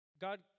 God